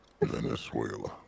Venezuela